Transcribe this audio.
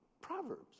proverbs